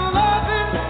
loving